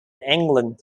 england